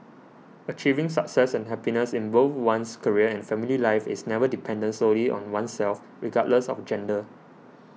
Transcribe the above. achieving success and happiness in both one's career and family life is never dependent solely on oneself regardless of gender